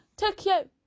Tokyo